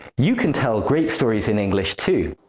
you can tell great stories in english, too!